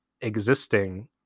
existing